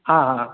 हँ हँ